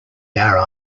our